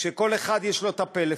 שלכל אחד יש פלאפון,